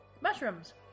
Mushrooms